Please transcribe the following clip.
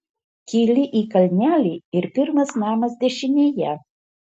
kyli į kalnelį ir pirmas namas dešinėje